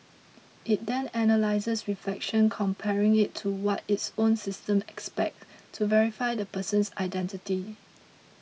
it then analyses reflection comparing it to what its own system expects to verify the person's identity